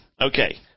Okay